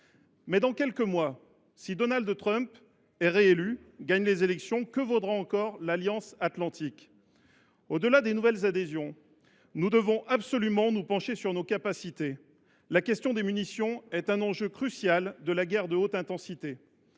dans quelques mois, si Donald Trump gagne une nouvelle fois les élections, que vaudra encore l’Alliance atlantique ? Au delà des nouvelles adhésions, nous devons absolument nous pencher sur nos capacités. La question des munitions est un enjeu crucial de la guerre de haute intensité.